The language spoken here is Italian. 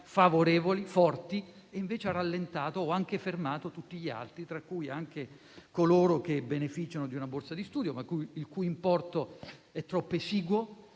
favorevoli e forti, mentre ha rallentato o anche fermato tutti gli altri, tra cui anche coloro che beneficiano di una borsa di studio, il cui importo è troppo esiguo